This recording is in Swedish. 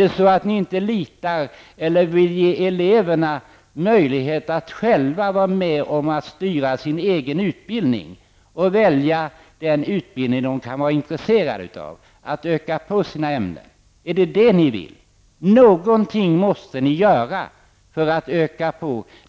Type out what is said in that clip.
Litar ni inte på eleverna eller vill ni inte ge eleverna möjlighet att vara med om att styra sin egen utbildning och välja den utbildning som de kan vara intresserade av och möjlighet att öka på sina ämnen? Är det detta ni vill? Någonting måste ni göra för att öka